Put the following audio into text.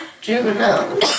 juvenile